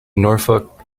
norfolk